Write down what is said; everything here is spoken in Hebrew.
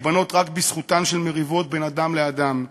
להיבנות רק בזכותן של מריבות בין אדם לאדם,